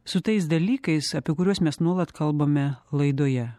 su tais dalykais apie kuriuos mes nuolat kalbame laidoje